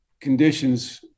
conditions